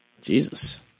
Jesus